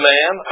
Man